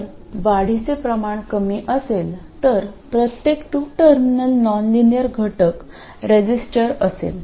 जर वाढीचे प्रमाण कमी असेल तर प्रत्येक टू टर्मिनल नॉनलिनियर घटक रेजिस्टर असेल